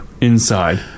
inside